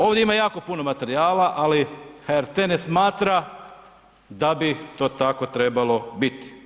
Ovdje ima jako puno materijala ali HRT ne smatra da bi to tako trebalo biti.